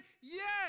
Yes